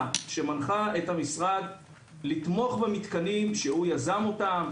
שמנחה את המשרד לתמוך במתקנים שהוא יזם אותם,